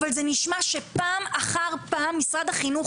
אבל זה נשמע שפעם אחר פעם משרד החינוך